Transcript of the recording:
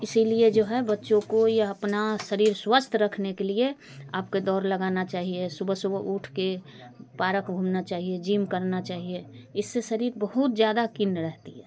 इसीलिए जो है बच्चों को यह अपना शरीर स्वस्थ रखने के लिए आपके दौड़ लगाना चाहिए सुबह सुबह उठ के पारक घूमना चाहिए जिम करना चाहिए इससे शरीर बहुत ज़्यादा कीन रहता है